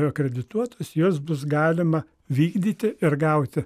akredituotos jos bus galima vykdyti ir gauti